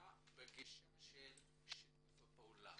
אלא בגישה של שיתוף פעולה.